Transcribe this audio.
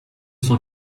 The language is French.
cent